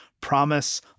Promise